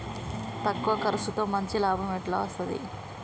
తక్కువ కర్సుతో మంచి లాభం ఎట్ల అస్తది?